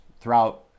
throughout